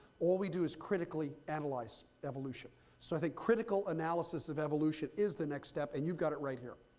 all we do is critically analyze evolution. so i think critical analysis of evolution is the next step, and you've got it right here.